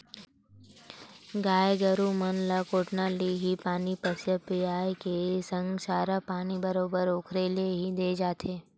गाय गरु मन ल कोटना ले ही पानी पसिया पायए के संग चारा पानी बरोबर ओखरे ले ही देय जाथे